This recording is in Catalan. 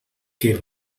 què